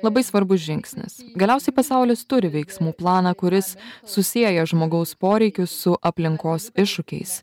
labai svarbus žingsnis galiausiai pasaulis turi veiksmų planą kuris susieja žmogaus poreikius su aplinkos iššūkiais